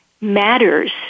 matters